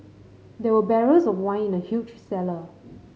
there were barrels of wine in the huge cellar